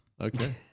Okay